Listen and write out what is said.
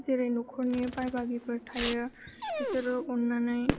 जेरै न'खरनि बाय बाहागिफोर थायो बिसोरो अन्नानै